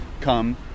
come